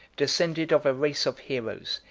descended of a race of heroes,